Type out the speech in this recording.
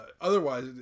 otherwise